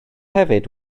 hefyd